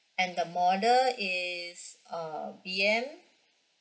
and the model is uh B_M